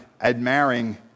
admiring